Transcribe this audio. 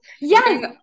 yes